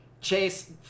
Chase